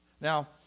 Now